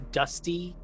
dusty